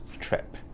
trip